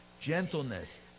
Gentleness